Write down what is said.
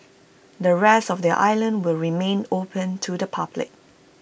the rest of the island will remain open to the public